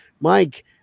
Mike